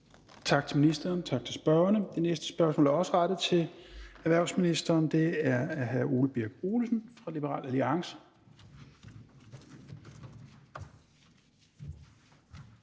Tak til ministeren. Tak til spørgerne. Det næste spørgsmål er også rettet til erhvervsministeren. Det er af hr. Ole Birk Olesen fra Liberal Alliance.